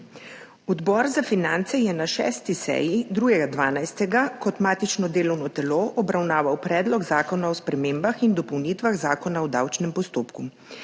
Odbor za finance je na 6. seji, 2. 12., kot matično delovno telo obravnaval Predlog zakona o spremembah in dopolnitvah Zakona o finančni upravi,